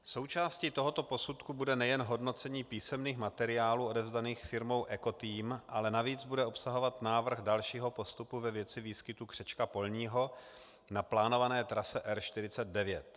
Součástí tohoto posudku bude nejen hodnocení písemných materiálů odevzdaných firmou Ekoteam, ale navíc bude obsahovat návrh dalšího postupu ve věci výskytu křečka polního na plánované trase R 49.